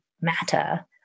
matter